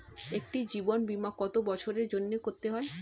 একটি জীবন বীমা কত বছরের জন্য করতে হয়?